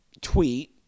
tweet